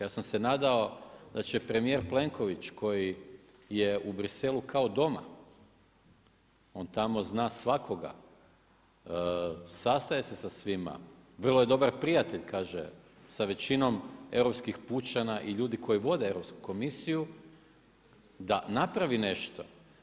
Ja sam se nadao da će premijer Plenković koji je u Bruxellesu kao doma, on tamo zna svakoga, sastaje se sa svima, vrlo je dobar prijatelj kaže sa većinom europskih pučana i ljudi koji vode Europsku komisiju, da napravi nešto.